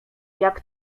jak